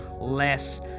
less